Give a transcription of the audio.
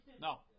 No